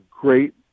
great